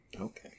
Okay